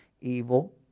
evil